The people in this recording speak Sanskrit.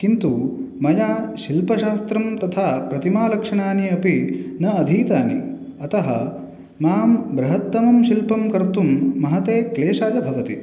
किन्तु मया शिल्पशास्त्रं तथा प्रतिमालक्षणानि अपि न अधितानि अतः मां बृहत्तमं शिल्पं कर्तुं महते क्लेशाय भवति